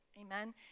Amen